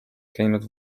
käinud